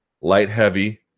light-heavy